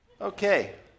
Okay